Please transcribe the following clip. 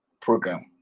program